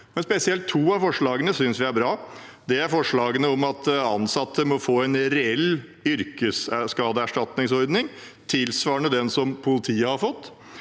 men spesielt to av forslagene synes vi er bra. Det er forslaget om at ansatte må få en reell yrkesskadeerstatningsordning, tilsvarende den som politiet har fått,